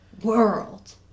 world